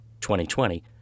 2020